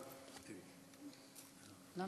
אתה